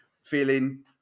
feeling